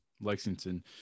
Lexington